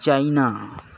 China